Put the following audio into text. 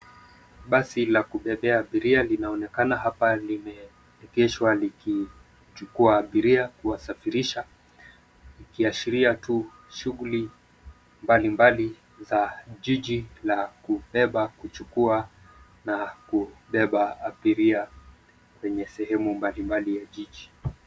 Basi la kubebea abiria linaonekana hapa limeegeshwa likichukua abiria kuwasafirisha ikiashiria tu shughuli mbalimbali za jiji la kubeba, kuchukua na kubeba abiria kwenye sehemu mbalimbali ya jiji.